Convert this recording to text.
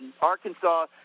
Arkansas